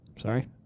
Sorry